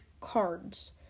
cards